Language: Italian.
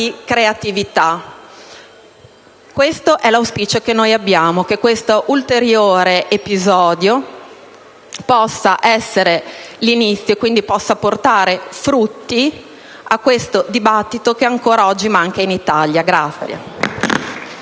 creatività. Questo è il nostro auspicio, e ci auguriamo che questo ulteriore episodio possa essere l'inizio, quindi possa portare frutti a questo dibattito che ancora oggi manca in Italia.